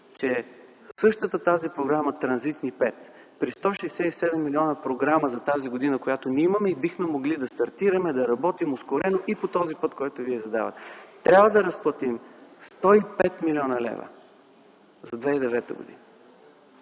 За същата тази Програма „Транзитни пътища V” при 167 млн. лв. за тази година, която ние имаме и бихме могли да стартираме, да работим ускорено и по този път, който вие задавате, трябва да разплатим 105 млн. лв. за 2009 г.